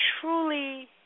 truly